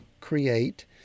Create